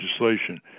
legislation